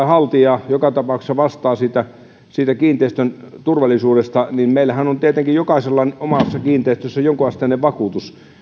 haltija joka tapauksessa vastaa siitä kiinteistön turvallisuudesta niin meillähän on tietenkin jokaisella omassa kiinteistössään jonkunasteinen vakuutus ja